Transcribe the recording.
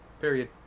Period